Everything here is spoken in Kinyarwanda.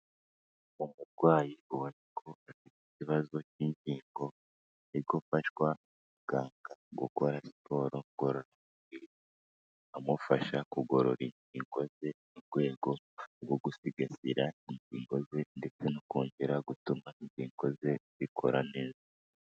Umurwayi ubona ko afite ikibazo k'ingingo ari gufashwa na muganga gukora siporo ngororangingo amufasha kugorora ingingo ze mu rwego rwo gusigasira ingingo ze ndetse no kongera gutuma ingingo ze zikora neza.